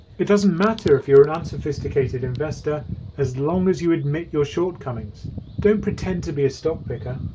it doesn't matter if you're an unsophisticated investor as long as you admit your shortcomings don't pretend to be a stock picker,